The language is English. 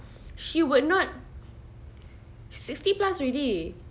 she would not sixty plus already